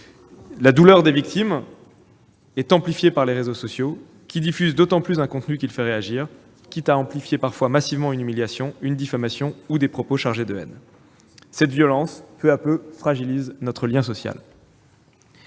douleur est amplifiée par les réseaux sociaux qui diffusent d'autant plus un contenu qu'il fait réagir, quitte à amplifier massivement une humiliation, une diffamation ou des propos chargés de haine. Cette violence, peu à peu, fragilise notre lien social.